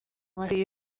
mashuli